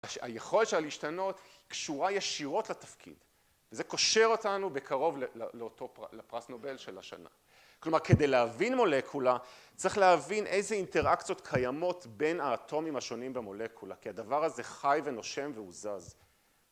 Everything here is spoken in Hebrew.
היכולת שלה להשתנות קשורה ישירות לתפקיד וזה קושר אותנו בקרוב לאותו פרס נובל של השנה. כלומר כדי להבין מולקולה צריך להבין איזה אינטראקציות קיימות בין האטומים השונים במולקולה כי הדבר הזה חי ונושם והוא זז